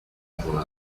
croire